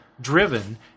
driven